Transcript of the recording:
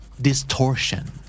Distortion